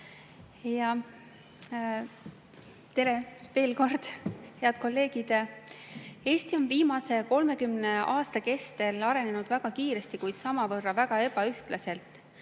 Tere veel kord, head kolleegid! Eesti on viimase 30 aasta kestel arenenud väga kiiresti, kuid samavõrra väga ebaühtlaselt.